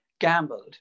gambled